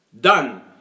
Done